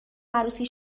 عروسی